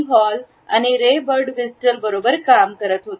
hall आणि Ray Birdwhistell बरोबर काम करत होते